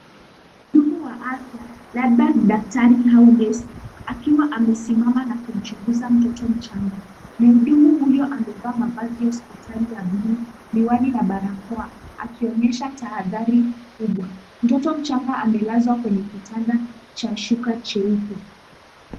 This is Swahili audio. Mhudumu wa afya labda daktari au nesi akiwa amesimama na kumchunguza mtoto mchanga. Mhudumu huyu amevaa mavazi ya hospitali ya buluu, miwani na barakoa akionyesha tahadhari kubwa. Mtoto mchanga amelazwa kwenye kitanda cha shuka cheupe.